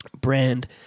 brand